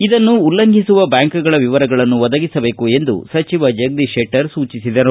ಇದನ್ನು ಉಲ್ಲಂಘಿಸುವ ಬ್ಯಾಂಕುಗಳ ವಿವರಗಳನ್ನು ಒದಗಿಸಬೇಕು ಎಂದು ಸಚಿವ ಜಗದೀತ ಶೆಟ್ಟರ್ ಸೂಚಿಸಿದರು